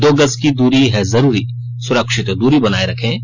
दो गज की दूरी है जरूरी सुरक्षित दूरी बनाए रखें